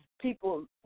people